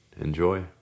Enjoy